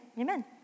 Amen